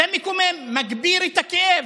זה מקומם, מגביר את הכאב.